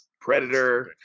Predator